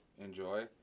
enjoy